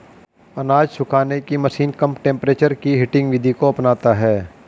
अनाज सुखाने की मशीन कम टेंपरेचर की हीटिंग विधि को अपनाता है